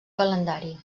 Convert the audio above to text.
calendari